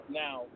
now